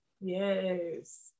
Yes